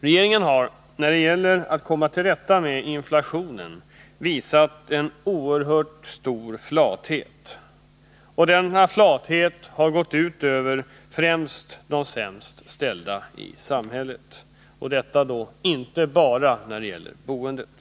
Regeringen har när det gäller att komma till rätta med inflationen visat en oerhört stor flathet, som främst har gått ut över de sämst ställda i samhället, inte bara när det gäller boendet.